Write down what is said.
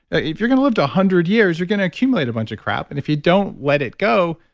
if you're going to live to a hundred years, you're going to accumulate a bunch of crap. and if you don't let it go,